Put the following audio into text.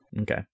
Okay